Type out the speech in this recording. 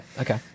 okay